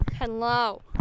Hello